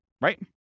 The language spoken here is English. Right